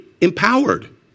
empowered